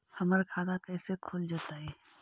हमर खाता कैसे खुल जोताई?